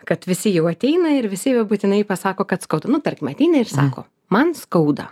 kad visi jau ateina ir visi būtinai pasako kad skauda nu tarkim ateina ir sako man skauda